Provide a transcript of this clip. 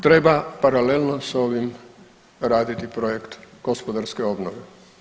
Treba paralelno s ovim raditi projekt gospodarske obnove.